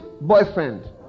boyfriend